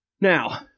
Now